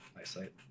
eyesight